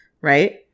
right